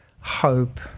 hope